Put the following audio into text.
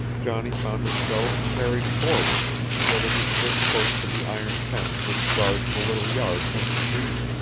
johnny found himself carried forward so that he stood close to the iron fence which guards the little yard from the street.